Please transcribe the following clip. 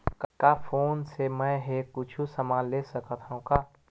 का फोन से मै हे कुछु समान ले सकत हाव का?